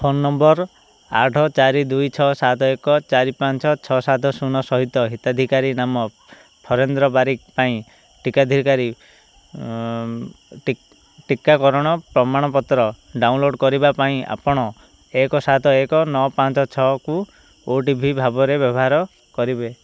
phone number ଆଠ ହରି ଦୁଇ ଛଅ ସାତ ଏକ ଚାରି ପାଞ୍ଚ ଛଅ ସାତ ଶୂନ ସହିତ ହିତାଧିକାରୀ ନାମ ଫଣେନ୍ଦ୍ର ବାରିକ୍ ପାଇଁ ଟୀକା ଅଧିକାରୀ ଟିକାକରଣର ପ୍ରମାଣପତ୍ର ଡାଉନଲୋଡ଼୍ କରିବା ପାଇଁ ଆପଣ ଏକ ସାତ ଏକ ନଅ ପାଞ୍ଚ ଛଅକୁ ଓ ଟି ପି ଭାବରେ ବ୍ୟବହାର କରିପାରିବେ